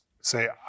say